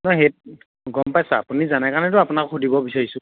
নহয় সেইটো গম পাইছে আপুনি জানে কাৰণেতো আপোনাক সুধিব বিচাৰিছোঁ